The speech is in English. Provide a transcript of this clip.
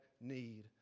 need